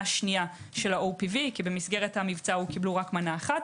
השנייה של ה-OPV כי במסגרת המבצע קיבלו רק מנה אחת.